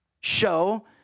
show